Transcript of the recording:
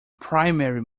primary